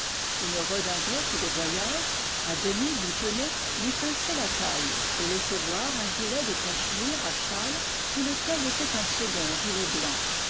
une redingote de voyage à demi boutonnée lui pinçait la taille et laissait voir un gilet de cachemire à châle sous lequel était un second gilet blanc